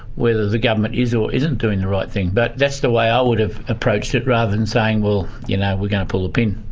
whether the government is or isn't doing the right thing. but that's the way i would've approached it, rather than saying, well, you know, we're going to pull the pin.